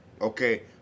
okay